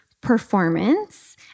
performance